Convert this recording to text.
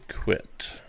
quit